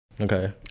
okay